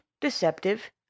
deceptive